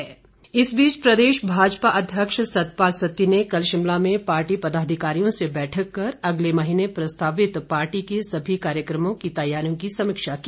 बैठक इस बीच प्रदेश भाजपा अध्यक्ष सतपाल सत्ती ने कल शिमला में पार्टी पदाधिकारियों से बैठक कर अगले महीने प्रस्तावित पार्टी के सभी कार्यक्रमों की तैयारियों की समीक्षा की